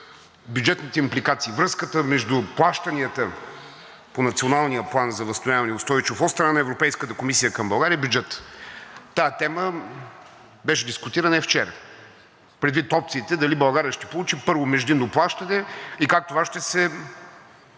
бюджетните импликации – връзката между плащанията по Националния план за възстановяване и устойчивост от страна на Европейската комисия към България и бюджета. Тази тема беше дискутирана и вчера, предвид опциите дали България ще получи първото междинно плащане и как това ще се